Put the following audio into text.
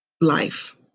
life